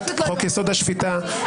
חוק יסוד: השפיטה -- אני רוצה משפט.